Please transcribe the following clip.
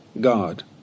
God